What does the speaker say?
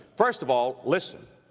first of all, listen,